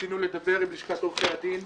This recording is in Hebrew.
ניסינו לדבר עם לשכת עורכי הדין,